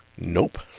nope